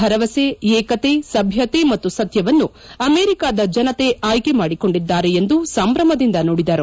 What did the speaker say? ಭರವಸೆ ಏಕತೆ ಸಭ್ಯತೆ ಮತ್ತು ಸತ್ಯವನ್ನು ಅಮೆರಿಕದ ಜನತೆ ಆಯ್ದೆ ಮಾಡಿಕೊಂಡಿದ್ದಾರೆ ಎಂದು ಸಂಭ್ರಮದಿಂದ ನುಡಿದರು